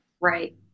Right